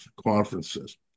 conferences